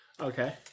Okay